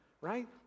right